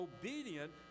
obedient